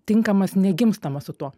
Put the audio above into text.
tinkamas negimstama su tuo